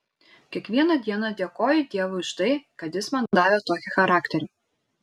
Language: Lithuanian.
kiekvieną dieną dėkoju dievui už tai kad jis man davė tokį charakterį